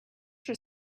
your